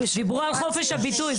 דיברו על חופש הביטוי.